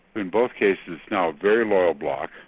in both cases now a very loyal bloc,